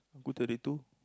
who thirty two